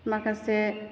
माखासे